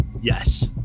Yes